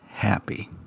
Happy